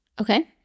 okay